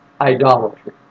Idolatry